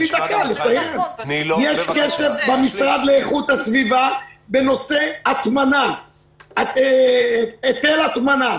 יש כסף במשרד להגנת הסביבה בנושא היטל הטמנה.